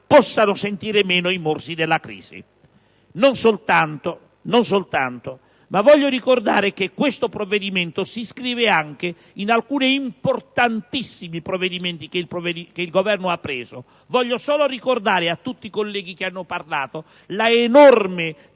possano sentire meno i morsi della crisi. Non soltanto; voglio sottolineare che questo provvedimento si inscrive anche in altri importantissimi provvedimenti che il Governo ha assunto. Voglio solo ricordare a tutti i colleghi che sono intervenuti l'enorme disponibilità